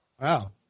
Wow